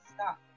stop